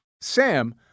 Sam